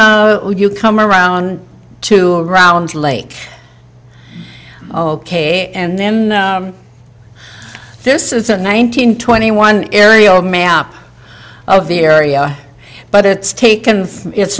you come around to round lake ok and then this is a nineteen twenty one aerial map of the area but it's taken it's